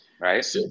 Right